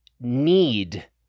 need